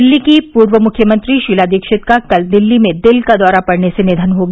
दिल्ली की पूर्व मुख्यमंत्री शीला दीक्षित का कल दिल्ली में दिल का दौरा पड़ने से नियन हो गया